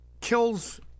kills